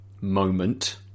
moment